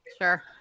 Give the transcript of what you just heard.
Sure